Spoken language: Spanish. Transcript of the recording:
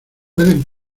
pueden